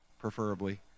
preferably